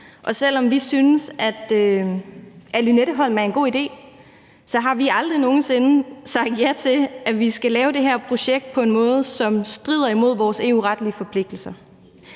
og selv om vi synes, at Lynetteholm er en god idé, har vi aldrig nogen sinde sagt ja til, at vi skal lave det her projekt på en måde, som strider imod Danmarks EU-retlige forpligtelser.